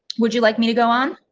would you like me to go on.